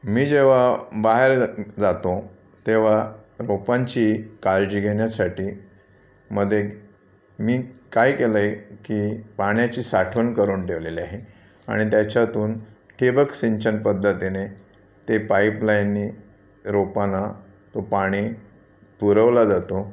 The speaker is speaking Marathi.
मी जेव्हा बाहेर जा जातो तेव्हा रोपांची काळजी घेण्यासाठी मधे मी काय केलं आहे की पाण्याची साठवण करून ठेवलेलं आहे आणि त्याच्यातून ठिबक सिंचन पध्दतीने ते पाईपलाईननी रोपांना तो पाणी पुरवला जातो